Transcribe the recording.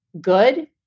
good